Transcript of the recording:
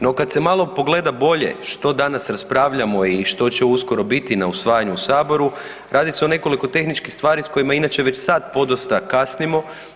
No kad se malo pogleda bolje što danas raspravljamo i što će uskoro biti na usvajanju u Saboru radi se o nekoliko tehničkih stvari sa kojima inače već sad podosta kasnimo.